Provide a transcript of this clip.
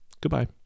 goodbye